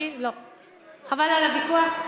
חבל על הוויכוח,